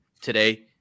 today